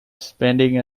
spending